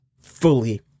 fully